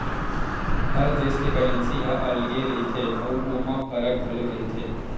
हर देस के करेंसी ह अलगे रहिथे अउ ओमा फरक घलो रहिथे